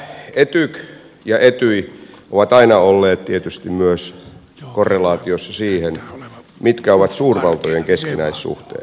etyk ja etyj ovat aina olleet tietysti myös korrelaatiossa siihen mitkä ovat suurvaltojen keskinäissuhteet